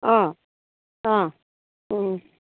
অঁ অঁ